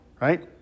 Right